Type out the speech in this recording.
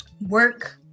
Work